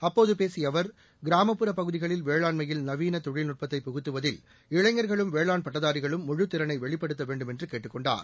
அப்போது பேசிய அவர் கிராமப்புற பகுதிகளில் வேளாண்மையில் நவீன தொழில்நுட்பத்தை புகுத்துவதில் இளைஞர்களும் வேளாண் பட்டதாரிகளும் முழுத் திறனை வெளிப்படுத்த வேண்டும் என்று கேட்டுக் கொண்டார்